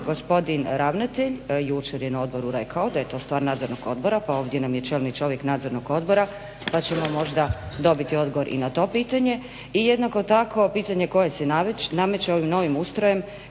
Gospodin ravnatelj jučer je na odboru rekao da je to stvar Nadzornog odbora pa ovdje nam je čelni čovjek Nadzornog odbora pa ćemo možda dobiti odgovor i na to pitanje. I jednako tako pitanje koje se nameće ovim novim ustrojem